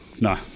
No